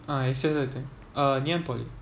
ah A_C_S I think uh ngee ann poly